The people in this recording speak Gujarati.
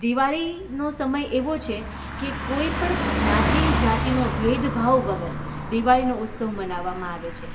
દિવાળીનો સમય એવો છે કે કોઈ પણ જ્ઞાતિ જાતિનો ભેદભાવ વગર દિવાળીનો ઉત્સવ મનાવવામાં આવે છે